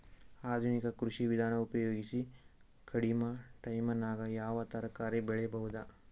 ಆಧುನಿಕ ಕೃಷಿ ವಿಧಾನ ಉಪಯೋಗಿಸಿ ಕಡಿಮ ಟೈಮನಾಗ ಯಾವ ತರಕಾರಿ ಬೆಳಿಬಹುದು?